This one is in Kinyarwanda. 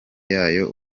yayo